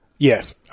Yes